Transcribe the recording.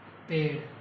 तेल